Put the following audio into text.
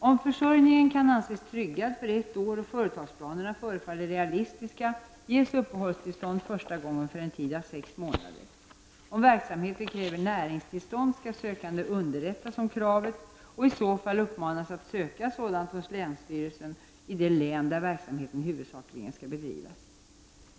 Om försörjningen kan anses tryggad för ett år och företagsplanerna förefaller realistiska ges upphållstillstånd första gången för en tid av sex månader. Om verksamheten kräver näringstillstånd skall sökanden underrättas om kravet och i så fall uppmanas att söka sådant tillstånd hos länsstyrelsen i det län där verksamheten huvudsakligen skall bedrivas.